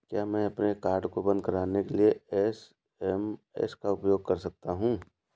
क्या मैं अपने कार्ड को बंद कराने के लिए एस.एम.एस का उपयोग कर सकता हूँ?